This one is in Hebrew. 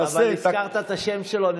הזכרת את השם שלו,